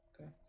Okay